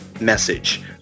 Message